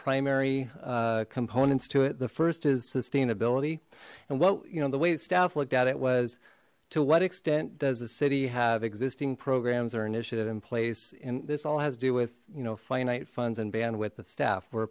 primary components to it the first is sustainability and what you know the wait staff looked at it was to what extent does the city have existing programs or initiative in place and this all has to do with you know finite funds and bandwidth of staff